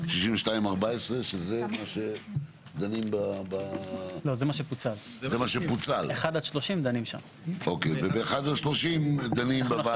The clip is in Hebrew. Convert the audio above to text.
62(14). וב-1 עד 30 דנים בוועדה.